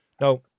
Now